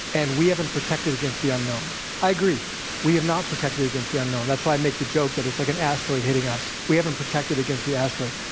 and we haven't protected against the unknown. i agree we have not protected against the unknown. that's why i make the joke that it's like an asteroid hitting us. we haven't protected against the asteroid.